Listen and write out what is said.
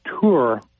tour